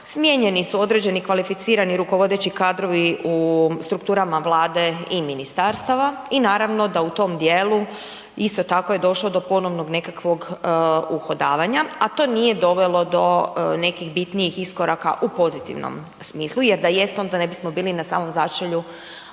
smijenjeni su određeni kvalificirani rukovodeći kadrovi u strukturama Vlade i ministarstava i naravno da u tom djelu isto tako je došlo do ponovno nekakvog uhodavanja a to nije dovelo do nekih bitnijih iskoraka u pozitivnom smislu jer da jest onda ne bismo bili na samom začelju